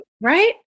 Right